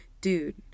dude